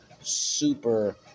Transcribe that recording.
super